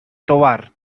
tovar